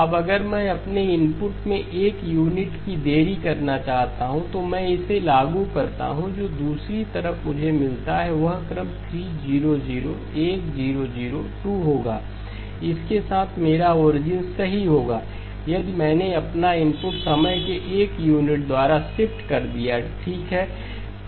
अब अगर मैं अपने इनपुट में एक यूनिट की देरी करना चाहता हूं तो मैं इसे लागू करता हूं जो दूसरी तरफ मुझे मिलता है वह क्रम 3 0 01 0 02 होगा इस के साथ मेरा ओरिजिन सही होगा यदि मैंने अपना इनपुट समय की एक यूनिट द्वारा शिफ्ट कर दिया ठीक है